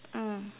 mm